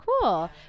cool